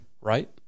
right